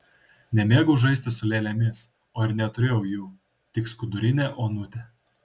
nemėgau žaisti su lėlėmis o ir neturėjau jų tik skudurinę onutę